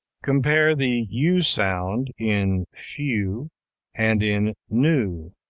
compare the u sound in few and in new.